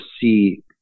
see